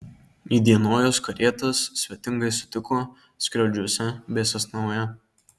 įdienojus karietas svetingai sutiko skriaudžiuose bei sasnavoje